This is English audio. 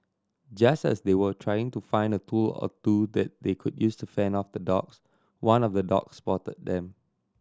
just as they were trying to find a tool or two that they could use to fend off the dogs one of the dogs spotted them